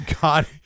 God